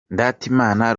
ndatimana